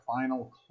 final